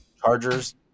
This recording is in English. Chargers